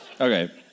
Okay